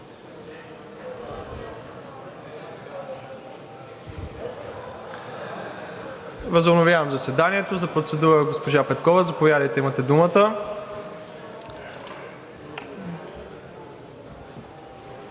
Възобновявам заседанието. За процедура – госпожа Петкова, заповядайте, имате думата.